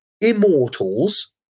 Immortals